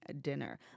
dinner